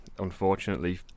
Unfortunately